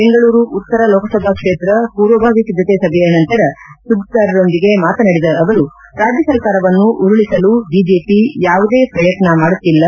ಬೆಂಗಳೂರು ಉತ್ತರ ಲೋಕಸಭಾ ಕ್ಷೇತ್ರ ಪೂರ್ವಭಾವಿ ಸಿದ್ದತೆ ಸಭೆಯ ನಂತರ ಸುದ್ದಿಗಾರರೊಂದಿಗೆ ಮಾತನಾಡಿದ ಅವರು ರಾಜ್ಯ ಸರ್ಕಾರವನ್ನು ಉರುಳಿಸಲು ಬಿಜೆಪಿ ಯಾವುದೇ ಪ್ರಯತ್ನ ಮಾಡುತ್ತಿಲ್ಲ